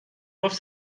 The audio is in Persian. گفت